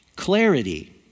Clarity